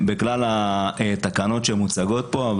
בכלל התקנות שמוצגות פה,